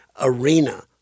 arena